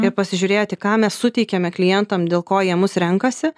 ir pasižiūrėti ką mes suteikiame klientam dėl ko jie mus renkasi